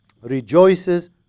rejoices